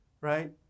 right